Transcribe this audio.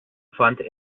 fand